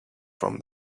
from